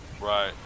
right